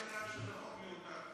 זכרתי רק שזה חוק מיותר.